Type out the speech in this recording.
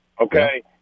okay